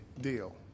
deal